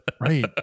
Right